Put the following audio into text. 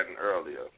earlier